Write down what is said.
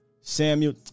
Samuel